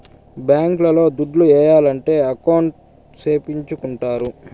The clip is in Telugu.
బ్యాంక్ లో దుడ్లు ఏయాలంటే అకౌంట్ సేపిచ్చుకుంటారు